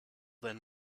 then